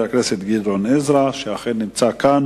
הכנסת ציון פיניאן שאל את השר לביטחון